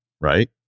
right